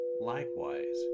likewise